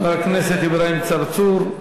חבר הכנסת אברהים צרצור,